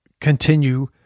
continue